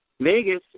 Vegas